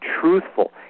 truthful